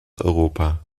europa